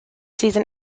season